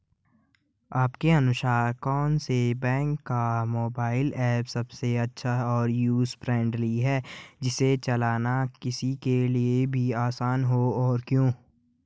आपके अनुसार कौन से बैंक का मोबाइल ऐप सबसे अच्छा और यूजर फ्रेंडली है जिसे चलाना किसी के लिए भी आसान हो और क्यों?